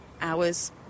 hours